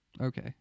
Okay